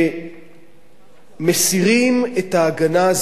כשמסירים את ההגנה הזמנית,